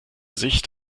sicht